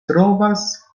trovas